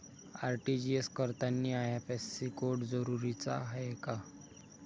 RTGS करतांनी IFSC code जरुरीचा हाय का?